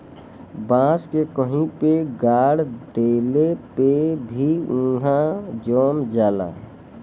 बांस के कहीं पे गाड़ देले पे भी उहाँ जम जाला